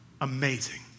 amazing